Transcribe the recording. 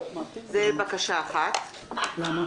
13:00. למה?